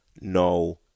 no